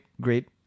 great